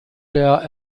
der